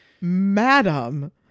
Madam